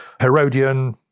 Herodian